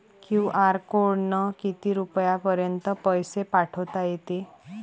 QR कोडनं किती रुपयापर्यंत पैसे पाठोता येते?